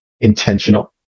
intentional